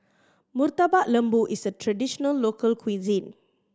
Murtabak Lembu is a traditional local cuisine